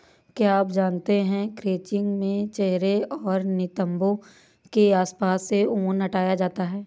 क्या आप जानते है क्रचिंग में चेहरे और नितंबो के आसपास से ऊन हटाया जाता है